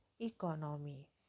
economy